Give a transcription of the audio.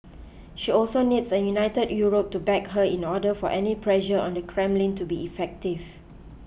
she also needs a united Europe to back her in order for any pressure on the Kremlin to be effective